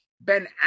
Ben